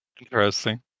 Interesting